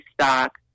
stock